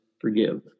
forgive